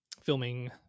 filming